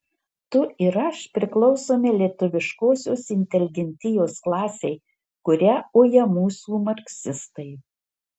tu ir aš priklausome lietuviškosios inteligentijos klasei kurią uja mūsų marksistai